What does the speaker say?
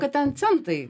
kad ten centai